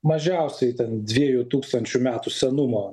mažiausiai dviejų tūkstančių metų senumo